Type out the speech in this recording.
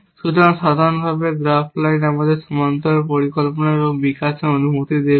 সুতরাং সাধারণভাবে graph line আমাদের সমান্তরাল পরিকল্পনা বিকাশের অনুমতি দেবে